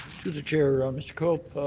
to the chair, mr. cope,